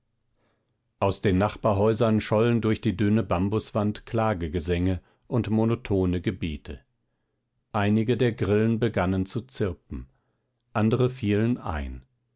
aus den nachbarhäusern schollen durch die dünne bambuswand klagegesänge und monotone gebete einige der grillen begannen zu zirpen andere fielen ein